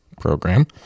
program